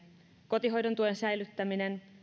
kotihoidontuen säilyttäminen